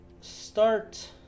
start